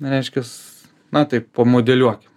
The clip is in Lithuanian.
reiškias na taip pamodeliuokim